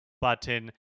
button